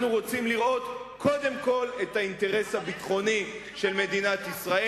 אנחנו רוצים לראות קודם כול את האינטרס הביטחוני של מדינת ישראל.